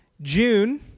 June